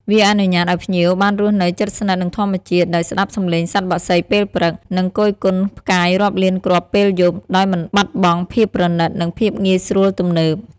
វាអនុញ្ញាតឲ្យភ្ញៀវបានរស់នៅជិតស្និទ្ធនឹងធម្មជាតិ ដោយស្តាប់សំឡេងសត្វបក្សីពេលព្រឹក និងគយគន់ផ្កាយរាប់លានគ្រាប់ពេលយប់ ដោយមិនបាត់បង់ភាពប្រណីត និងភាពងាយស្រួលទំនើប។